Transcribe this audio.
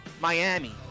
Miami